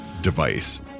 device